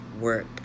work